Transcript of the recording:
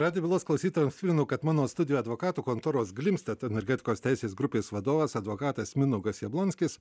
radijo bylos klausytojams primenu kad mano studijoj advokatų kontoros glimsted energetikos teisės grupės vadovas advokatas mindaugas jablonskis